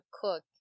cook